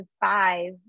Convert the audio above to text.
five